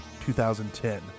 2010